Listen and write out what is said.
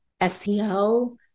SEO